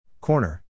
Corner